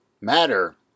Matter